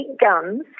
guns